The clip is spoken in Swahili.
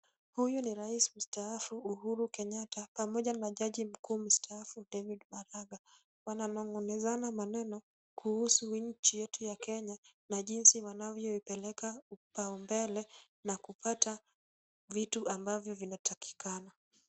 Huyu ni rais mstaafu Uhuru Kenyatta pamoja na jaji mkuu mstaafu David Maraga. Wananongonezana maneno kuhusu nchi yetu ya kenya na jinsi wanavyoipeleka upau umbele na kupata vitu ambavyo vinatakikana.